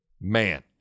man